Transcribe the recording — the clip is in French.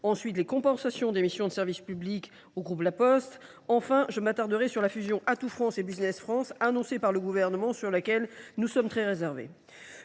puis les compensations des missions de service public au groupe La Poste, avant de m’attarder sur la fusion d’Atout France et de Business France annoncée par le Gouvernement, sur laquelle nous sommes très réservés.